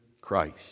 Christ